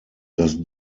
dass